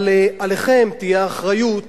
אבל עליכם תהיה האחריות